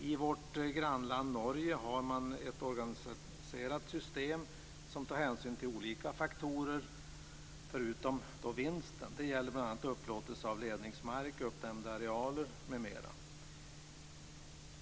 I vårt grannland Norge har man ett organiserat system som tar hänsyn till olika faktorer förutom vinsten. Det gäller bl.a. upplåtelse av ledningsmark, uppdämda arealer m.m.